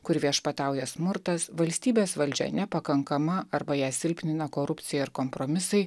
kur viešpatauja smurtas valstybės valdžia nepakankama arba ją silpnina korupcija ir kompromisai